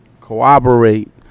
Cooperate